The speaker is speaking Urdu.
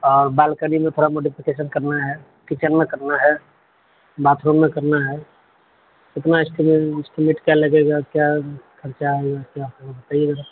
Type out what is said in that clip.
اور بالکنی میں تھوڑا سا موڈٰیفیکیشن کرنا ہے کچن میں کرنا ہے باتھ روم میں کرنا ہے کتنا اس کے لیے اسٹیمیٹ کیا لگے گا کیا خرچہ آئے گا کیا ہوگا بتائیے ذرا